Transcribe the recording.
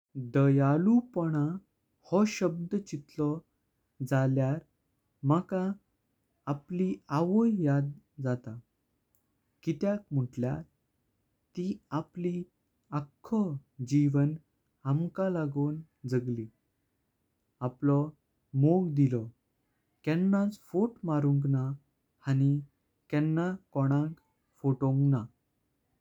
दयालूपणा हो शब्द चित्तलो झाल्यार माका आपली आवोई याद जाता। कित्याक मुन्तल्यार ती आपली आखो जीवन आमका लागों जागली। आपको मोग दिलो केन्नाच फोट मारुंक ना हानी केन्ना कोणांक फोटोना।